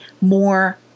more